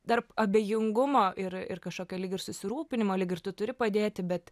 tarp abejingumo ir ir kažkokio lyg ir susirūpinimo lyg ir tu turi padėti bet